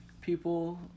people